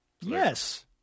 Yes